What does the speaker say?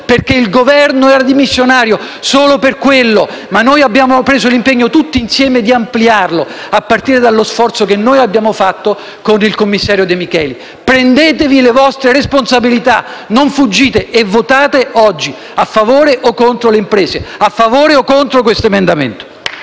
perché il Governo era dimissionario - e solo per quello - ma abbiamo assunto l'impegno tutti insieme di ampliarlo, a partire dallo sforzo che abbiamo fatto con il commissario De Micheli. Assumetevi le vostre responsabilità: non fuggite e votate oggi a favore o contro le imprese, a favore o contro questo emendamento.